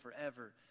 forever